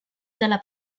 della